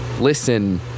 listen